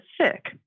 sick